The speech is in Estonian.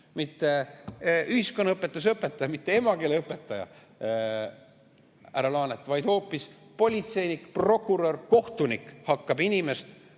Mitte ühiskonnaõpetuse õpetaja, mitte emakeeleõpetaja, härra Laanet, vaid hoopis politseinik, prokurör, kohtunik hakkab noort